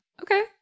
Okay